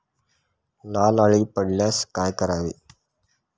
लाल अळी पडल्यास काय करावे?